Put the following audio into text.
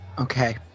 okay